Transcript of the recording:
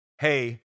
Hey